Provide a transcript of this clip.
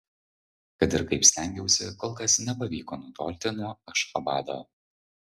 kad ir kaip stengiausi kol kas nepavyko nutolti nuo ašchabado